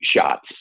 shots